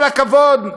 כל הכבוד,